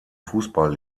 fußball